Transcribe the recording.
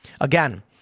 Again